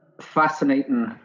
fascinating